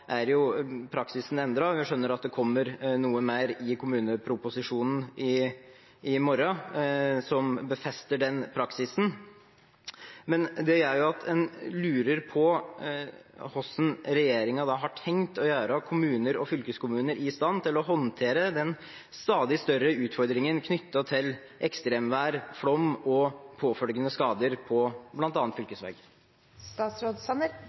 skjønner at det kommer noe mer i kommuneproposisjonen i morgen som befester den praksisen. Det gjør at en lurer på hvordan regjeringen har tenkt å gjøre kommuner og fylkeskommuner i stand til å håndtere den stadig større utfordringen knyttet til ekstremvær, flom og påfølgende skader på